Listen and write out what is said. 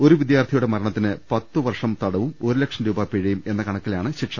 ഒരു വിദ്യാർത്ഥിയുടെ മരണത്തിന് പത്തുവർഷം തടവും ഒരു ലക്ഷം രൂപ പിഴയും എന്ന കണക്കിലാണ് ശിക്ഷ